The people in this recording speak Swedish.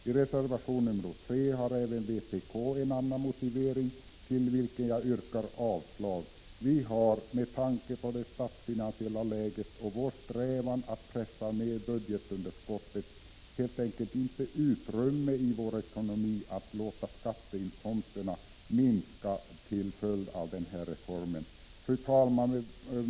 I reservation 3 har även vpk en annan motivering, till vilken jag yrkar avslag. Vi har med tanke på det statsfinansiella läget och vår strävan att pressa ned budgetunderskottet helt enkelt inte utrymme i vår ekonomi att låta skatteinkomsterna minska till följd av denna reform. Fru talman!